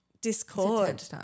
discord